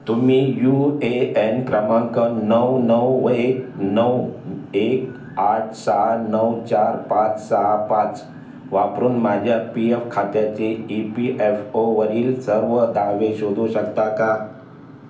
तुम्ही U A N क्रमांक नऊ नऊ व एक नऊ एक आठ सहा नऊ चार पाच सहा पाच वापरून माझ्या पी एफ खात्याचे ई पी एफ ओवरील सर्व दावे शोधू शकता का